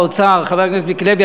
חבר הכנסת מיקי לוי,